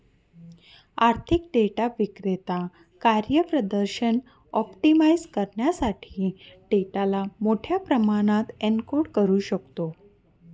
आर्थिक डेटा विक्रेता कार्यप्रदर्शन ऑप्टिमाइझ करण्यासाठी डेटाला मोठ्या प्रमाणात एन्कोड करू शकतो